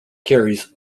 carries